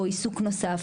או עיסוק נוסף,